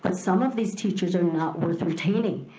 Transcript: but some of these teachers are not worth retaining.